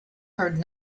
heard